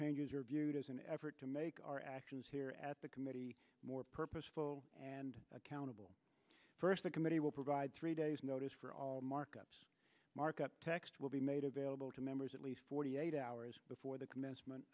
changes are as an effort to make our actions here at the committee more purposeful and accountable first the committee will provide three days notice for all markups markup text will be made available to members at least forty eight hours before the commencement